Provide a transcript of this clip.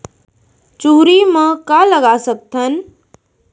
चुहरी म का लगा सकथन?